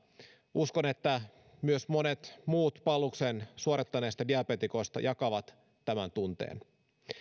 uskon että myös monet muut palveluksen suorittaneista diabeetikoista jakavat tämän tunteen